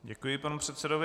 Děkuji panu předsedovi.